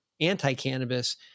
anti-cannabis